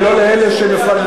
ולא את אלה שמפלגים.